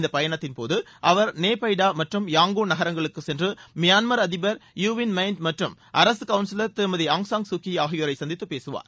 இந்தப் பயணத்தின் போது அவர் நே பை டா மற்றும் யாங்கோன் நகரங்களுக்கு சென்று மியான்மா் அதிபர் யு வின் மையின்ட் மற்றும் அரசு கவுன்சிலர் திருமதி டா ஆய் சான் கு கி ஆகியோனர சந்தித்து பேசுவார்